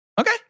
Okay